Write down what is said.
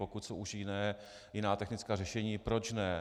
Pokud jsou už jiné, jiná technická řešení, proč ne.